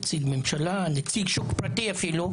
נציג ממשלה, נציג שוק פרטי אפילו?